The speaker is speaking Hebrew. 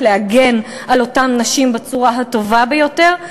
להגן על אותן נשים בצורה הטובה ביותר.